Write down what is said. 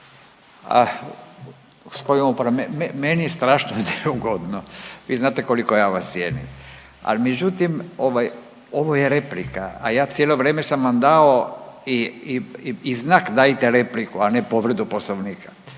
(Nezavisni)** Meni je strašno neugodno, vi znate koliko ja vas cijenim, ali međutim ovo je replika, a ja cijelo vrijeme sam vam dao i znak dajte repliku, a ne povredu poslovnika.